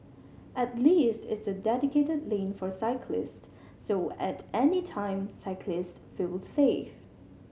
at least it's a dedicated lane for cyclists so at any time cyclists feel safe